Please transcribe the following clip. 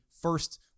first